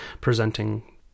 presenting